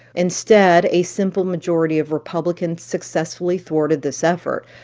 instead, a simple majority of republicans successfully thwarted this effort.